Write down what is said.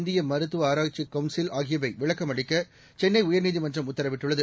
இந்திய மருத்துவ ஆராய்ச்சிக் கவுன்சில் ஆகியவை விளக்கம் அளிக்க சென்னை உயர்நீதிமன்றம் உத்தரவிட்டுள்ளது